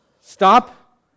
stop